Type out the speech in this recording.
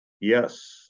Yes